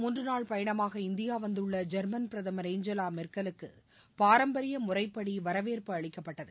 மூன்று நாள் பயணமாக இந்தியா வந்துள்ள ஜெர்மன் பிரதமர் ஏஞ்சலா மெர்க்கலுக்கு பாரம்பரிய முறைப்படி வரவேற்பு அளிக்கப்பட்டது